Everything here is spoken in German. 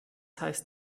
heißt